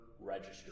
register